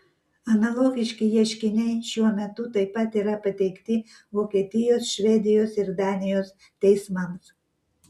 analogiški ieškiniai šiuo metu taip pat yra pateikti vokietijos švedijos ir danijos teismams